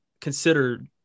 considered